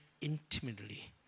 intimately